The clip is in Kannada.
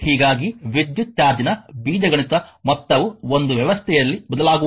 ಹೀಗಾಗಿ ವಿದ್ಯುತ್ ಚಾರ್ಜ್ನ ಬೀಜಗಣಿತ ಮೊತ್ತವು ಒಂದು ವ್ಯವಸ್ಥೆಯಲ್ಲಿ ಬದಲಾಗುವುದಿಲ್ಲ